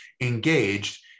engaged